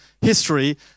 history